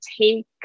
take